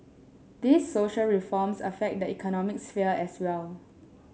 these social reforms affect the economic sphere as well